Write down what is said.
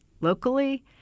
locally